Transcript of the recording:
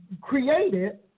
created